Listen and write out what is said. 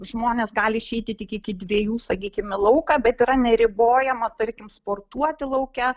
žmonės gali išeiti tik iki dviejų sakykim į lauką bet yra neribojama tarkim sportuoti lauke